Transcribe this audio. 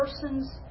person's